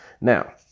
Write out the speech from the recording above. Now